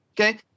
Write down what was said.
Okay